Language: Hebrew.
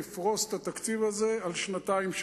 לפרוס את התקציב הזה על שנתיים,